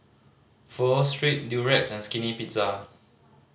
Pho Street Durex and Skinny Pizza